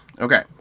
Okay